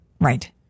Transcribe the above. Right